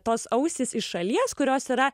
tos ausys iš šalies kurios yra